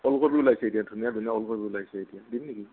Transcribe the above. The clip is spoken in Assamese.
ওলকবি ওলাইছে এতিয়া ধুনীয়া ধুনীয়া ওলকবি ওলাইছে এতিয়া দিম নেকি